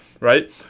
Right